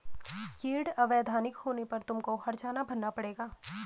yield अवैधानिक होने पर तुमको हरजाना भरना पड़ेगा